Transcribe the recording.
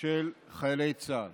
של חיילי צה"ל.